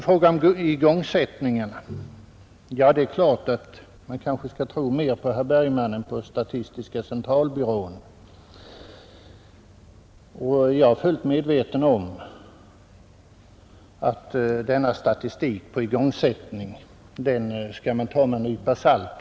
Vad igångsättningen angår kanske man skall tro mera på herr Bergman än på statistiska centralbyrån. Jag är fullt medveten om att man skall ta igångsättningsstatistiken med en nypa salt.